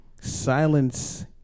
silence